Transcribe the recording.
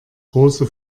große